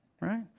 right